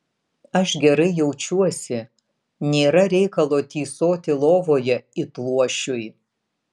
aš gerai jaučiuosi nėra reikalo tysoti lovoje it luošiui